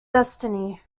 destiny